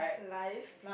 life